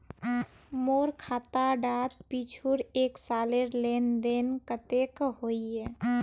मोर खाता डात पिछुर एक सालेर लेन देन कतेक होइए?